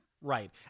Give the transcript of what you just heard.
Right